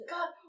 God